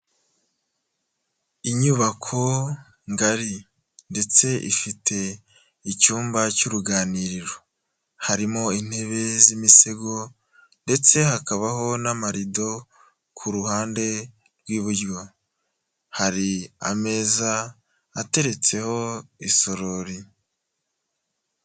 Inyubako ngari ndetse ifite icyumba cy'uruganiriro, harimo intebe z'imisego ndetse hakabaho n'amarido ku ruhande rw'iburyo. Hari ameza ateretseho isorori.